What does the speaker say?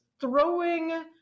throwing